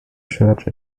church